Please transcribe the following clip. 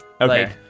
Okay